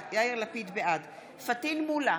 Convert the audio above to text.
בעד פטין מולא,